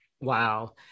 Wow